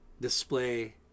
display